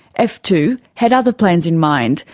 f two had other plans in mind,